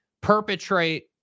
perpetrate